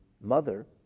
mother